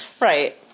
Right